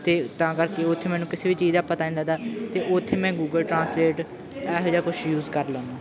ਅਤੇ ਤਾਂ ਕਰਕੇ ਉੱਥੇ ਮੈਨੂੰ ਕਿਸੇ ਵੀ ਚੀਜ਼ ਦਾ ਪਤਾ ਨਹੀਂ ਲੱਗਦਾ ਅਤੇ ਉੱਥੇ ਮੈਂ ਗੂਗਲ ਟਰਾਂਸਲੇਟ ਇਹੋ ਜਿਹਾ ਕੁਛ ਯੂਜ ਕਰ ਲੈਂਦਾ